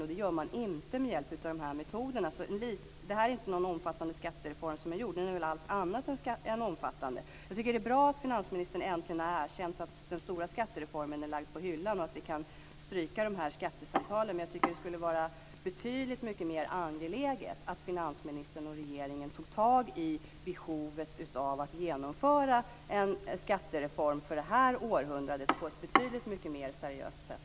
Och det gör man inte med hjälp av de här metoderna. Det är inte någon omfattande skattereform som är gjord. Den är väl allt annat än omfattande. Jag tycker att det är bra att finansministern äntligen har erkänt att den stora skattereformen är lagd på hyllan och att vi kan stryka skattesamtalen. Men jag tycker att det skulle vara betydligt mer angeläget att finansministern och regeringen tog tag i behovet av att genomföra en skattereform för det här århundradet på ett betydligt mer seriöst sätt.